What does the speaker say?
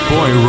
Boy